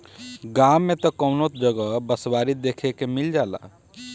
गांव में त कवनो जगह बँसवारी देखे के मिल जाला